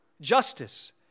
justice